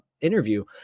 interview